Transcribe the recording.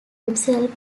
himself